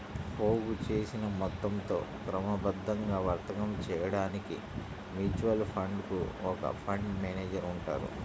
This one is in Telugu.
పోగుచేసిన మొత్తంతో క్రమబద్ధంగా వర్తకం చేయడానికి మ్యూచువల్ ఫండ్ కు ఒక ఫండ్ మేనేజర్ ఉంటారు